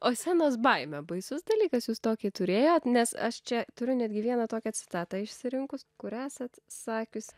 o scenos baimė baisus dalykas jūs tokį turėjot nes aš čia turiu netgi vieną tokią citatą išsirinkus kur esat sakius